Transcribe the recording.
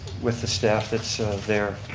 with the staff that's there.